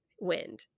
wind